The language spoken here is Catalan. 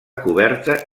coberta